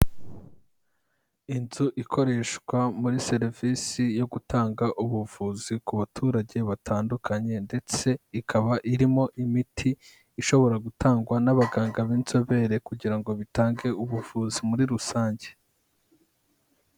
Inzu ikoreshwa muri serivisi yo gutanga ubuvuzi ku baturage batandukanye ndetse ikaba irimo imiti ishobora gutangwa n'abaganga b'inzobere kugira ngo bitange ubuvuzi muri rusange.